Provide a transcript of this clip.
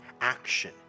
action